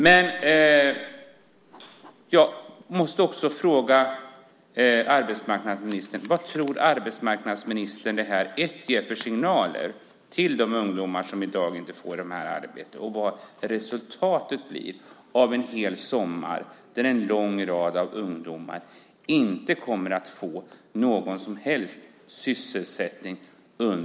Jag måste också fråga: Vilka signaler tror arbetsmarknadsministern att det här ger till de ungdomar som i dag inte får arbete, och vad blir resultatet av att en lång rad ungdomar under en hel sommar inte kommer att få någon som helst sysselsättning?